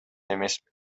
эмесмин